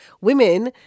Women